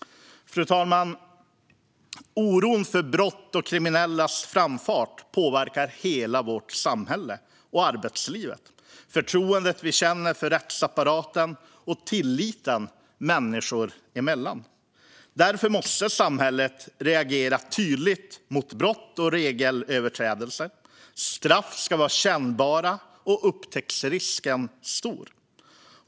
Fru talman! Oron för brott och kriminellas framfart påverkar hela vårt samhälle, arbetslivet, förtroendet vi känner för rättsapparaten och tilliten människor emellan. Därför måste samhället reagera tydligt mot brott och regelöverträdelser. Straff ska vara kännbara och upptäcktsrisken stor.